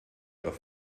auf